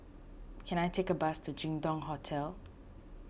can I take a bus to Jin Dong Hotel